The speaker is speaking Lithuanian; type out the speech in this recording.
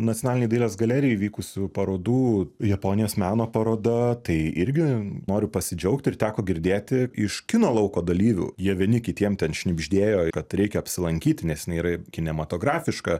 nacionalinėj dailės galerijoj vykusių parodų japonijos meno paroda tai irgi noriu pasidžiaugti ir teko girdėti iš kino lauko dalyvių jie vieni kitiem ten šnibždėjo kad reikia apsilankyti nes jinai yra ir kinematografiška